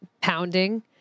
pounding